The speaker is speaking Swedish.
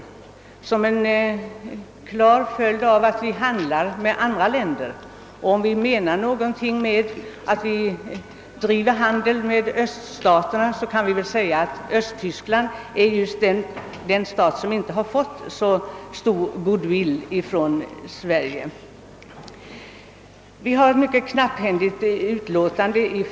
En sådan normalisering är en klar följd av att vi handlar med andra öststater; Östtyskland har däremot inte kunnat skaffa sig någon särskilt stor goodwill i Sverige. Utrikesutskottet har avgivit ett mycket knapphändigt utlåtande.